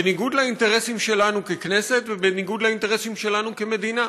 בניגוד לאינטרסים שלנו ככנסת ובניגוד לאינטרסים שלנו כמדינה.